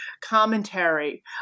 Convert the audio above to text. commentary